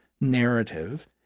narrative